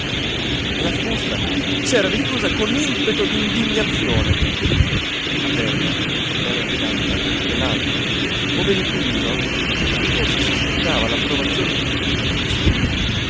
e la finestra s'era richiusa con impeto d'indignazione aperta era rimasta quell'altra ove l'inquilino che forse s'aspettava l'approvazione di tutti i vicini